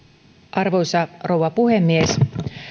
arvoisa rouva puhemies